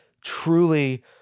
truly